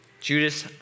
Judas